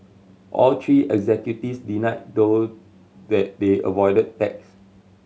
all three executives denied though that they avoided tax